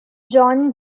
john